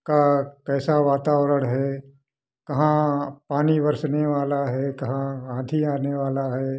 का कैसा वातावरण है कहाँ पानी बरसने वाला है कहाँ आँधी आने वाला है